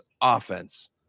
offense